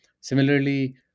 Similarly